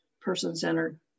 person-centered